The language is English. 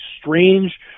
strange